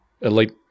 elite